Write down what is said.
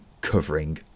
covering